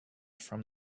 from